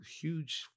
huge